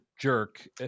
jerk